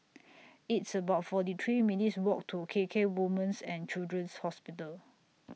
It's about forty three minutes' Walk to K K Women's and Children's Hospital